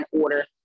order